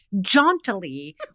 jauntily